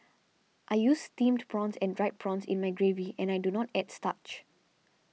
I use Steamed Prawns and Dried Prawns in my gravy and I do not add starch